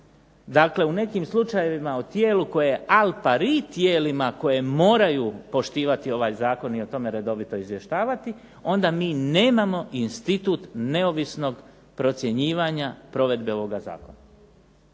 dakle u nekim slučajevima o tijelu koje al pari tijelima koje moraju poštivati ovaj zakon i o tome redovito izvještavati, onda mi nemamo institut neovisnog procjenjivanja provedbe ovoga zakona.